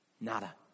Nada